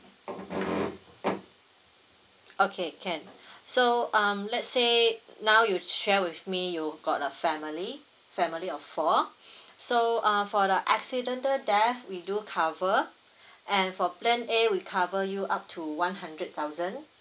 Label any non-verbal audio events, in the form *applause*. *noise* okay can *breath* so um let's say now you share with me you got a family family of four *breath* so uh for the accidental death we do cover *breath* and for plan A we cover you up to one hundred thousand